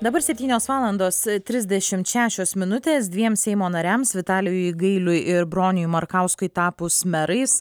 dabar septynios valandos trisdešimt šešios minutės dviem seimo nariams vitalijui gailiui ir broniui markauskui tapus merais